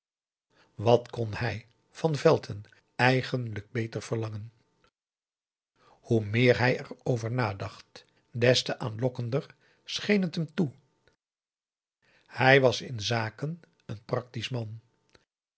wat kon hij van velton eigenlijk beter verlangen hoe meer hij er over nadacht des te aanlokkender scheen het hem toe hij was in zaken een practisch man